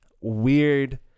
weird